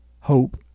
hope